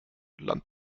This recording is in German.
land